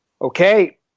Okay